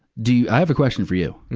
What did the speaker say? do i have a question for you?